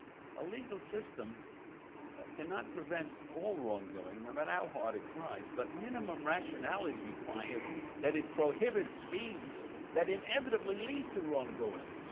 a legal system cannot prevent all wrongdoing no matter how hard it tries, but minimum rationality requires that it prohibits schemes that inevitably lead to wrongdoing,